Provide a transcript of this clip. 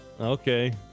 Okay